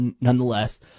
nonetheless